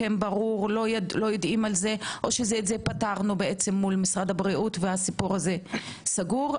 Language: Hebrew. לא יודעים על זה או את זה פתרנו מול משרד הבריאות והסיפור הזה סגור?